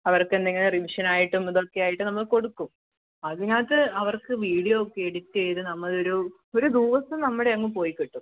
അവര്ക്ക് എന്തെങ്കിലും റിവിഷൻ ആയിട്ടും ഇതൊക്കെ ആയിട്ടും നമ്മൾ കൊടുക്കും അതിനകത്ത് അവര്ക്ക് വീഡിയോ ഒക്കെ എഡിറ്റ് ചെയ്ത് നമ്മൾ ഒരു ഒരു ദിവസം നമ്മുടെ അങ്ങ് പോയി കിട്ടും